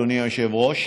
אדוני היושב-ראש: